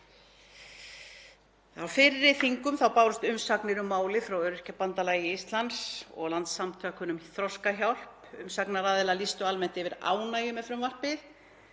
Á fyrri þingum bárust umsagnir um málið frá Öryrkjabandalagi Íslands og Landssamtökunum Þroskahjálp. Umsagnaraðilar lýstu almennt yfir ánægju með frumvarpið.